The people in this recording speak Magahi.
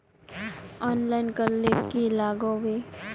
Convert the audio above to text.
ऑनलाइन करले की लागोहो होबे?